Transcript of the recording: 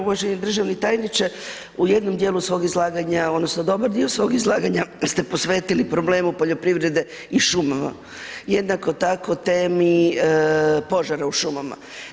Uvaženi državni tajniče u jednom dijelu svoj izlaganja odnosno dobar dio svog izlaganja ste posvetili problemu poljoprivrede i šumama, jednako tako temi požara u šumama.